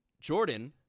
Jordan